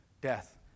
Death